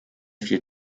viel